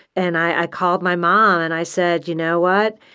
and i called my mom, and i said, you know what?